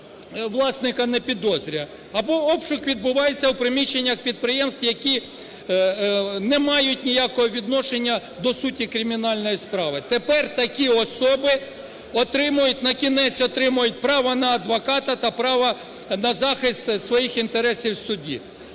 власника не підозрює. Або обшук відбувається у приміщеннях підприємств, які не мають ніякого відношення до суті кримінальної справи. Тепер такі особи отримують, на кінець отримують, право на адвоката та право на захист своїх інтересів в суді.